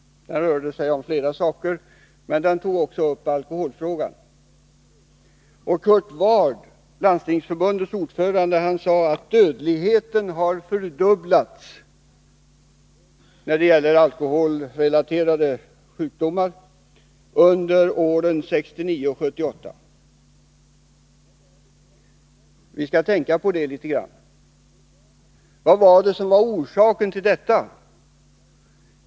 Den rörde sig om flera saker, men den tog även upp alkoholfrågan. Kurt Ward, Landstingsförbundets ordförande, sade att dödligheten när det gäller alkoholrelaterade sjukdomar har fördubblats under åren 1969-1978. Vi skall tänka på detta litet grand. Vad var det som var orsaken?